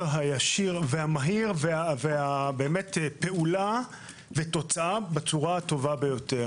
הישיר והמהיר והפעולה ותוצאה בצורה הטובה ביותר.